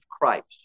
Christ